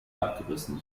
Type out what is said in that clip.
abgerissen